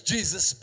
Jesus